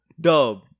dub